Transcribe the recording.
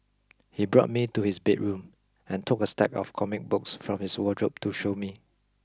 he brought me to his bedroom and took a stack of comic books from his wardrobe to show me